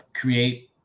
create